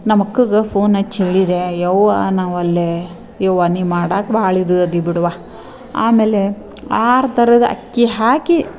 ನಮ್ಮ ಅಕ್ಕಗೆ ಫೋನ್ ಹಚ್ಚಿ ಹೇಳಿದ್ರೆ ಯವ್ವಾ ನಾನು ಒಲ್ಲೇ ಯವ್ವ ನೀನು ಮಾಡಕ್ಕೆ ಭಾಳ ಇದು ಇದ್ದಿ ಬಿಡವ್ವ ಆಮೇಲೆ ಆರು ಥರದ ಅಕ್ಕಿ ಹಾಕಿ